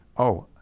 oh,